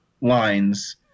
lines